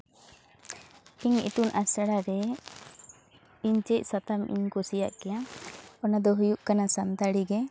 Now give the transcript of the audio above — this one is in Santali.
ᱤᱧᱟᱹᱜ ᱤᱛᱩᱱ ᱟᱥᱲᱟ ᱨᱮ ᱤᱧ ᱪᱮᱫ ᱥᱟᱛᱟᱢ ᱤᱧ ᱠᱩᱥᱤᱭᱟᱜ ᱠᱮᱭᱟ ᱚᱱᱟ ᱫᱚ ᱦᱩᱭᱩᱜ ᱠᱟᱱᱟ ᱥᱟᱱᱛᱟᱲᱤ ᱜᱮ